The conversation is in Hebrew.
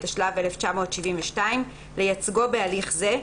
התשל"ב 1972 לייצגו בהליך זה,